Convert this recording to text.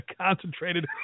concentrated